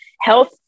Health